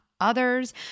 others